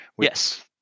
Yes